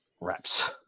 reps